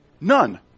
None